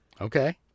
Okay